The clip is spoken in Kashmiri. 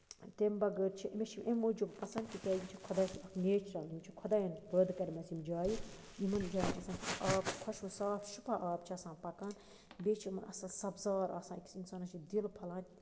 تَمہِ بَغٲر چھِ أمِس چھُ اَمہِ موٗجوٗب پَسند تِکیازِ یہِ چھُ خدایہِ سُند اکھ نیچرل یِم چھِ خۄدایَن پٲدٕ کٔرمَژ یِم جایہِ یِمن جاین ہسا چھُ آب خۄشوُن صاف شِفا آب چھُ آسان پَکان بیٚیہِ چھِ یِم آسان سَبزار آسان أکِس اِنسانَس چھُ دِل پھلان